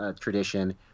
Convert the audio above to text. tradition